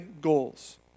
goals